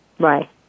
Right